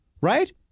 Right